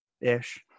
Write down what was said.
Ish